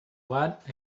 what